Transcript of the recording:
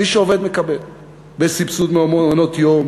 מי שעובד מקבל סבסוד במעונות-יום,